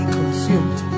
consumed